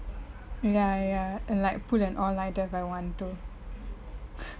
ya ya and like pull an all-nighter if I want to